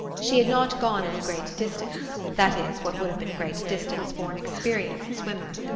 she had not gone any great distance that is, what would have been a great distance for an experienced swimmer.